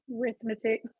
arithmetic